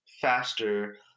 faster